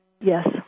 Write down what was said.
Yes